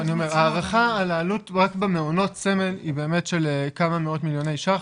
ההערכה על העלות רק במעונות סמל היא של כמה מאות מיליוני ש"ח,